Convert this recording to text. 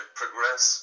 progress